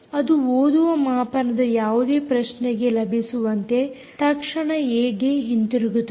ಅದು ಓದುವ ಮಾಪನದ ಯಾವುದೇ ಪ್ರಶ್ನೆಗೆ ಲಭಿಸುವಂತೆ ತಕ್ಷಣ ಏ ಗೆ ಹಿಂದಿರುಗುತ್ತದೆ